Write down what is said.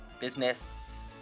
business